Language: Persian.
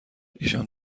ایشان